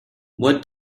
what